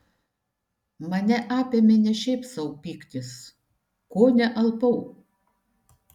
mane apėmė ne šiaip sau pyktis kone alpau